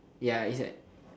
ya it's like